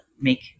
make